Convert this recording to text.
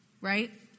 right